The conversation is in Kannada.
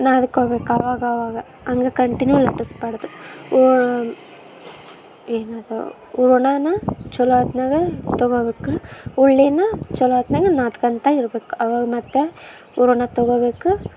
ನಾದ್ಕೊಬೇಕು ಅವಾಗವಾಗ ಹಂಗ ಕಂಟಿನ್ಯೂ ಲಟ್ಟಿಸ್ಬಾರ್ದು ಏನದು ಹೂರ್ಣಾನ ಚೊಲೋ ಹೊತ್ನಾಗ ತೊಗೊಬೇಕು ಉಳ್ಳಿನ ಚೊಲೋ ಹೊತ್ನಾಗ್ ನಾದ್ಕೊಂತ ಇರ್ಬೇಕು ಅವಾಗ ಮತ್ತೆ ಹೂರ್ಣ ತೊಗೋಬೇಕು